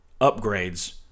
upgrades